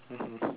(uh huh)